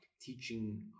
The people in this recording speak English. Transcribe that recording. teaching